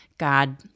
God